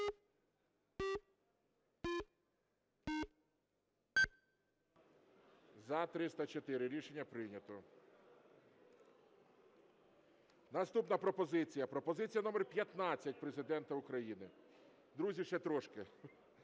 За-304 Рішення прийнято. Наступна пропозиція – пропозиція номер 15 Президента України. Друзі, ще трошки.